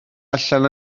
allan